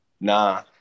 Nah